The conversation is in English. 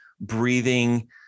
breathing